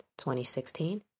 2016